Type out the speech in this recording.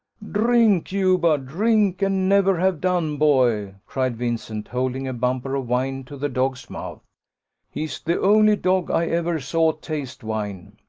drink, juba drink, and never have done, boy! cried vincent, holding a bumper of wine to the dog's mouth he's the only dog i ever saw taste wine.